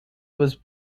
was